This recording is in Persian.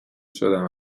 شدم